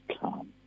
come